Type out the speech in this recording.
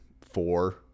four